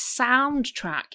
soundtrack